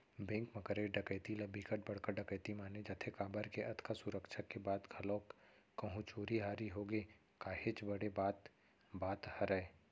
bank म करे डकैती ल बिकट बड़का डकैती माने जाथे काबर के अतका सुरक्छा के बाद घलोक कहूं चोरी हारी होगे काहेच बड़े बात बात हरय